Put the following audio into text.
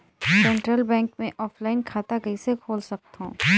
Central bank मे offline खाता कइसे खोल सकथव?